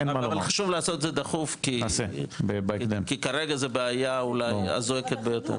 אבל חשוב לעשות זאת דחוף כי כרגע זו אולי הבעיה הזועקת ביותר.